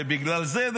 ובגלל זה,